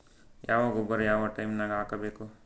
ಯಾವ ಗೊಬ್ಬರ ಯಾವ ಟೈಮ್ ನಾಗ ಹಾಕಬೇಕು?